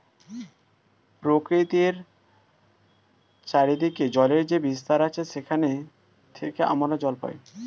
প্রকৃতির চারিদিকে জলের যে বিস্তার আছে সেখান থেকে আমরা জল পাই